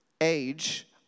age